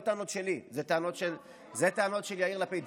אלו לא טענות שלי, אלו טענות של יאיר לפיד.